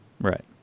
Right